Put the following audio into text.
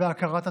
והכרת הטוב.